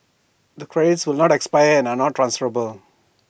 the credits will not expire and are not transferable